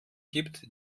gibt